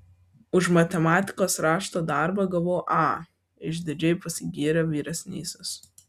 už matematikos rašto darbą gavau a išdidžiai pasigyrė vyresnysis